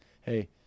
Hey